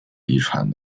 遗传